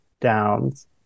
downs